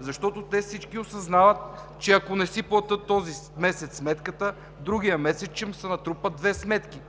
защото те всички осъзнават, че ако не си платят този месец сметката, другият месец ще им се натрупат две сметки.